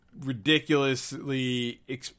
ridiculously